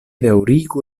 daŭrigu